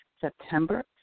September